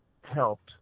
helped